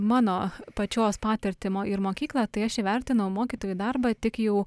mano pačios patirtį mo ir mokyklą tai aš įvertinau mokytojų darbą tik jau